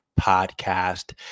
podcast